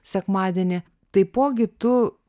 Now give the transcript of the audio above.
sekmadienį taipogi tu